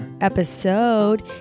episode